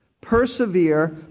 persevere